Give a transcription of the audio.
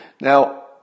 Now